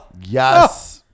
Yes